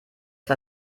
war